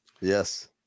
yes